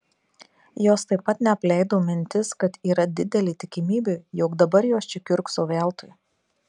jos taip pat neapleido mintis kad yra didelė tikimybė jog dabar jos čia kiurkso veltui